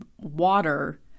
water